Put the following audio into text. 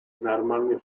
нормальных